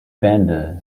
bender